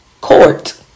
court